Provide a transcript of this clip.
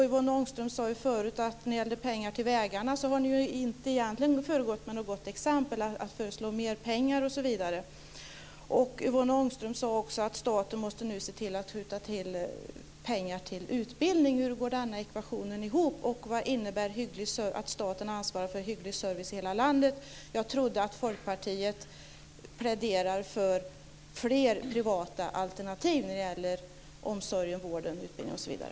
Yvonne Ångström sade förut att ni egentligen inte har föregått med något gott exempel när det gällde att föreslå mer pengarna till vägarna. Yvonne Ångström sade också att staten måste skjuta till pengar till utbildning. Hur går denna ekvation ihop? Vad innebär att staten ska ansvara för en hygglig service i hela landet? Jag trodde att Folkpartiet pläderade för fler privata alternativ när det gäller vård, omsorg, utbildning osv.